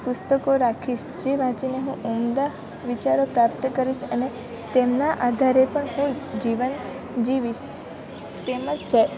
પુસ્તકો રાખીશ જે વાંચીને હું ઉમદા વિચારો પ્રાપ્ત કરીશ અને તેમના આધારે પણ હું જીવન જીવીશ તેમજ